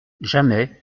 jamais